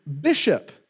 bishop